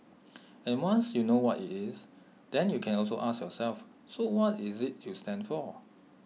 and once you know what IT is then you can also ask yourself so what is IT you stand for